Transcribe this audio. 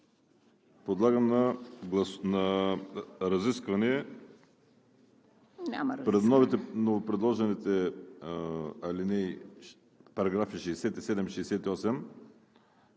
Подлагам на разисквания